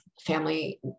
family